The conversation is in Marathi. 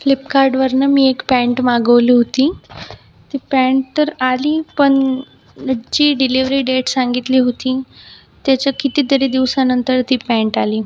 फ्लिपकार्डवरून मी एक पँट मागवली होती ती पँट तर आली पण जी डिलिव्हरी डेट सांगितली होती त्याच्या कितीतरी दिवसानंतर ती पँट आली